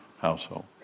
household